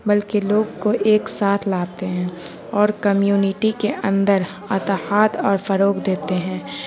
بلکہ لوگ کو ایک ساتھ لاتے ہیں اور کمیونٹی کے اندر عطیات اور فروغ دیتے ہیں